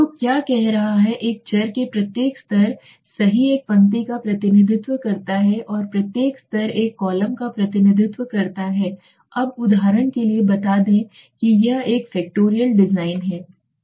तो क्या कह रहा है एक चर के प्रत्येक स्तर सही एक पंक्ति का प्रतिनिधित्व करता है और प्रत्येक स्तर एक कॉलम का प्रतिनिधित्व करता है अब उदाहरण के लिए बता दें कि यह एक फैक्टोरियल डिज़ाइन है